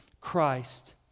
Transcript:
Christ